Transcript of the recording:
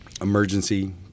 Emergency